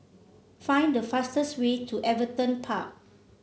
find the fastest way to Everton Park